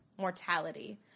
mortality